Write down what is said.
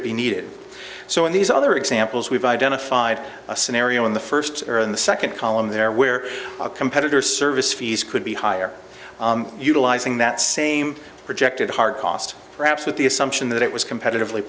it be needed so in these other examples we've identified a scenario in the first or in the second column there where a competitor service fees could be higher utilizing that same projected hard cost perhaps with the assumption that it was competitively